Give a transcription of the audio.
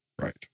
Right